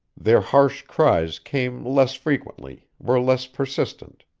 their harsh cries came less frequently, were less persistent.